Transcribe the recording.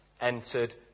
entered